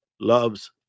loves